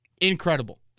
Incredible